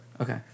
Okay